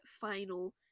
final